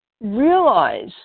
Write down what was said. realize